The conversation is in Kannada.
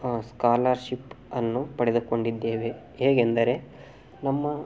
ಸ್ಕಾಲರ್ಶಿಪ್ ಅನ್ನು ಪಡೆದುಕೊಂಡಿದ್ದೇವೆ ಹೇಗೆಂದರೆ ನಮ್ಮ